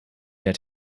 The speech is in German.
der